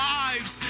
lives